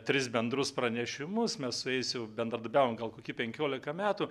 tris bendrus pranešimus mes su jais jau bendradarbiavom gal kokį penkiolika metų